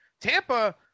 Tampa